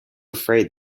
afraid